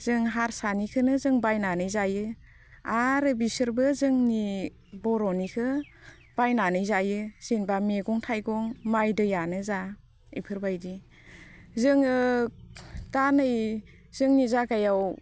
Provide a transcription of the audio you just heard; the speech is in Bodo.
जों हारसानिखौनो जों बायनानै जायो आरो बिसोरबो जोंनि बर'निखौ बायनानै जायो जेनेबा मैगं थाइगं माइ दैयानो जा बेफोरबायदि जोङो दा नै जोंनि जायगायाव